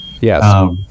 Yes